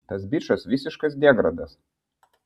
tas bičas visiškas degradas